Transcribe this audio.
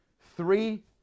Three